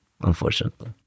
unfortunately